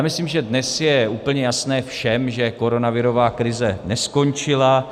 Myslím, že dnes je úplně jasné všem, že koronavirová krize neskončila.